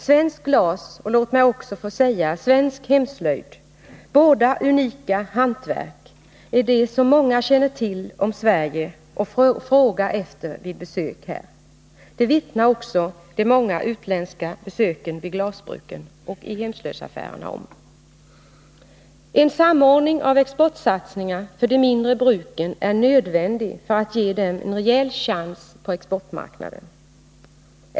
Svenskt glas och, låt mig också säga det, svensk hemslöjd, båda unika hantverk, är det som många känner till om Sverige och frågar efter vid besök här. Det vittnar de många utländska besöken vid glasbruken och i hemslöjdsaffärerna om. En samordning av exportsatsningarna för de mindre bruken är nödvändig för att ge dem en rejäl chans på exportmarknaden.